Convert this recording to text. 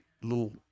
little